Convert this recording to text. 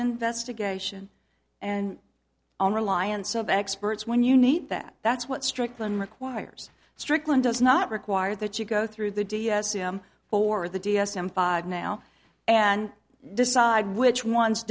investigation and on reliance of experts when you need that that's what strickland requires stricklin does not require that you go through the d s m for the d s m five now and decide which ones